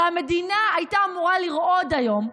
הרי המדינה הייתה אמורה לרעוד היום,